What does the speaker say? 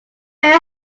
very